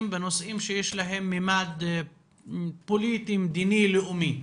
בנושאים שיש להם ממד פוליטי מדיני לאומי.